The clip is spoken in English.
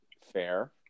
fair